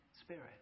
spirit